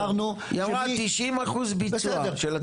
היא אמרה 90% ביצוע של התקציב הזה.